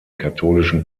katholischen